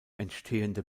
entstehende